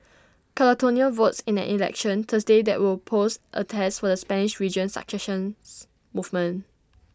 Catalonia votes in an election Thursday that will pose A test for the Spanish region's secession's movement